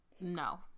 No